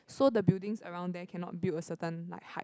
so the buildings around there cannot build a certain like height